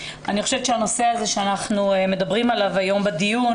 חושבת שהנושא הזה עליו אנחנו מדברים היום בדיון